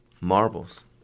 marbles